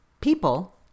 people